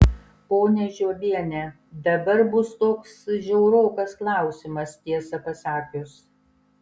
ponia žiobiene dabar bus toks žiaurokas klausimas tiesą pasakius